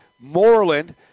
Moreland